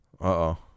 Uh-oh